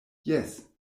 jes